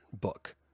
book